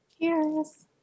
Cheers